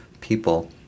people